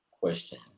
question